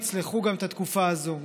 יצלחו גם את התקופה הזו.